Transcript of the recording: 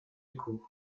écho